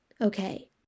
Okay